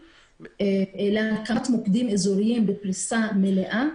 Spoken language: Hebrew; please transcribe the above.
להקמת מוקדים אזוריים בפרישה מלאה.